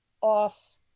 off